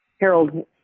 Harold